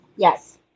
Yes